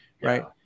right